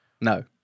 No